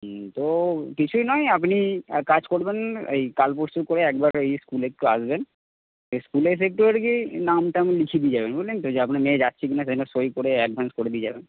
তো কিছুই নয় আপনি এক কাজ করবেন এই কাল পরশু করে একবার এই স্কুলে একটু আসবেন স্কুলে এসে একটু আর কি নাম টাম লিখে দিয়ে যাবেন বুঝলেন তো যে আপনার মেয়ে যাচ্ছে কিনা সে জন্য সই করে অ্যাডভান্স করে দিয়ে যাবেন